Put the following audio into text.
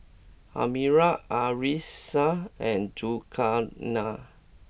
Amirah Arissa and Zulkarnain